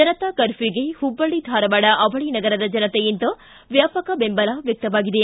ಜನತಾ ಕರ್ಪ್ಯೂಗೆ ಹುಬ್ಬಳ್ಳಿ ಧಾರವಾಡ ಅವಳಿ ನಗರದ ಜನತೆಯಿಂದ ವ್ಯಾಪಕ ಬೆಂಬಲ ವ್ಯಕ್ತವಾಗಿದೆ